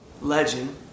legend